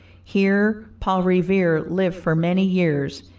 here paul revere lived for many years,